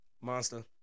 Monster